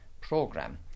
program